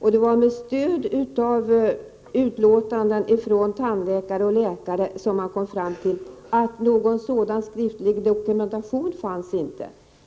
Det var med stöd av utlåtanden från tandläkare och läkare som man kom fram till att någon sådan skriftlig dokumentation inte fanns.